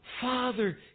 Father